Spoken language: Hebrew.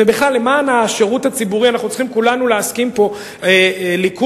ובכלל למען השירות הציבורי אנחנו צריכים כולנו להסכים פה הליכוד,